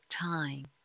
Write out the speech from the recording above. time